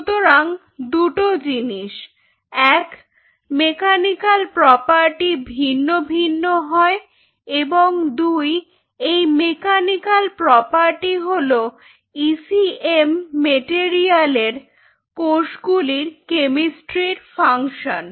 সুতরাং দুটো জিনিস এক মেকানিক্যাল প্রপার্টি ভিন্ন ভিন্ন হয় এবং দুই এই মেকানিক্যাল প্রপার্টি হলো ইসিএম মেটেরিয়াল এর কোষগুলির কেমিস্ট্রির ফাংশন